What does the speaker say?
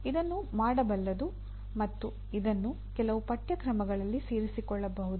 ಇದನ್ನು ಮಾಡಬಲ್ಲದು ಮತ್ತು ಇದನ್ನು ಕೆಲವು ಪಠ್ಯಕ್ರಮಗಳಲ್ಲಿ ಸೇರಿಸಿಕೊಳ್ಳಬಹುದು